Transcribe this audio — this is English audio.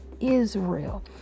Israel